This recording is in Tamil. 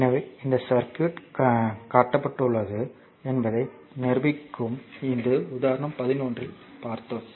எனவே இந்த சர்க்யூட் காட்டப்பட்டுள்ளது என்பதை நிரூபிக்கவும் இது உதாரணம் 11 இல் பார்த்தோம்